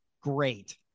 great